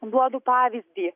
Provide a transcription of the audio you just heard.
duodu pavyzdį